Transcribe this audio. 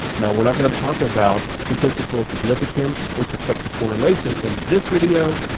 now we're not gonna talk about statistical significance with respect to correlation in this video,